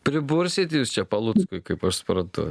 pribursit jūs čia paluckui kaip aš suprantu